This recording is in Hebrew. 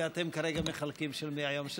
ואתם כרגע מחלקים של מי היום,